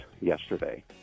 yesterday